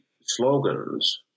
slogans